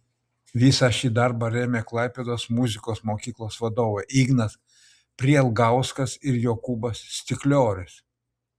visą šį darbą rėmė klaipėdos muzikos mokyklos vadovai ignas prielgauskas ir jokūbas stikliorius